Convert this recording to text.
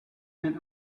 and